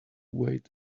wait